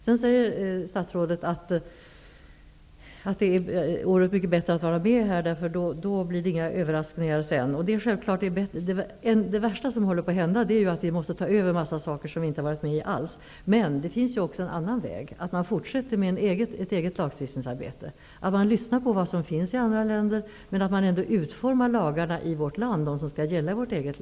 Sedan säger statsrådet att det vore mycket bättre att vara med, för då blir det inga överraskningar i efterhand. Det värsta som håller på att hända är att vi måste ta över en mängd saker som vi inte har deltagit i beslutsfattandet om. Men det finns också en annan väg. Man kan fortsätta med ett eget lagstiftningsarbete. Man kan lyssna på vad som finns i andra länder, men de lagar som skall gälla i vårt eget land utformar man i vårt land.